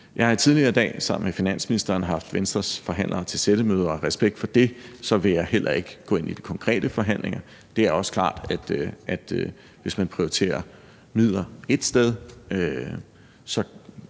med finansministeren haft Venstres forhandlere til sættemøde, og af respekt for det vil jeg heller ikke gå ind i de konkrete forhandlinger. Det er også klart, at hvis man prioriterer midler ét sted, kan